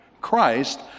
Christ